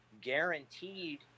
guaranteed